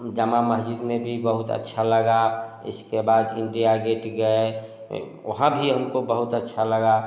जामा मस्जिद में भी बहुत अच्छा लगा इसके बाद इंडिया गेट गए वहाँ भी हमको बहुत अच्छा लगा